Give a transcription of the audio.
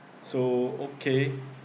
so okay